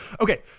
Okay